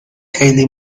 خیلی